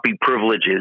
privileges